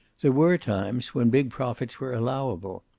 there were times when big profits were allowable.